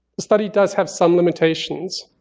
the study does have some limitations.